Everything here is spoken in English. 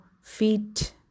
feet